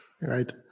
Right